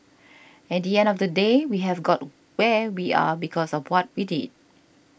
at the end of the day we have got where we are because of what we did